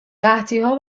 قحطیها